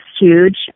huge